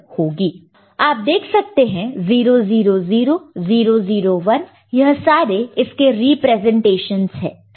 आप देख सकते हैं 000 001 यह सारे इसके रिप्रेजेंटेशंस है